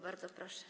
Bardzo proszę.